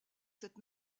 cette